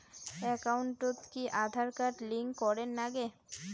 একাউন্টত কি Aadhaar card link করের নাগে?